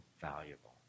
valuable